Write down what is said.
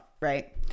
right